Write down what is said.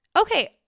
Okay